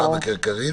בקצרה,